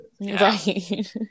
right